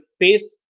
face